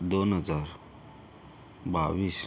दोन हजार बावीस